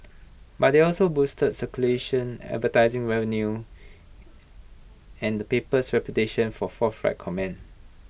but they also boosted circulation advertising revenue and the paper's reputation for forthright comment